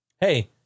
Hey